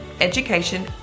education